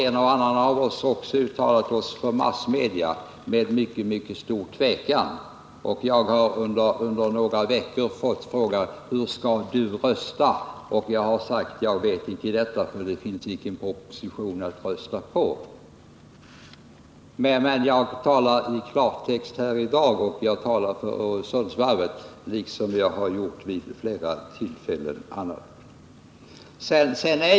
En och annan ytterligare av oss har gjort uttalanden för massmedia, med mycket stor tvekan. Jag har under några veckor fått frågan: Hur skall du rösta? Jag har sagt att jag vet inte det, för det finns ingen proposition att rösta om. Men jag talar i klartext här i dag, och jag talar för Öresundsvarvet liksom jag har gjort vid flera tillfällen tidigare.